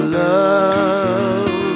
love